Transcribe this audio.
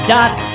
dot